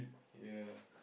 ya